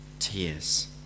Tears